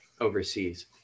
overseas